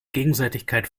gegenseitigkeit